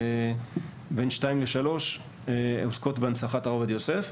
בין שתיים לשלוש עוסקות בהנצחת הרב עובדיה יוסף,